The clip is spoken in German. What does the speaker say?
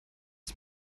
das